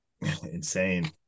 Insane